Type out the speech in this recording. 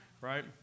right